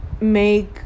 make